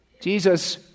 Jesus